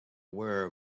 aware